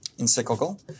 encyclical